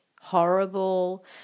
horrible